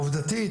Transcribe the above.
עובדתית,